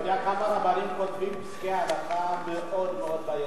אתה יודע כמה רבנים כותבים פסקי הלכה מאוד מאוד בעייתיים?